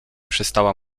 przestała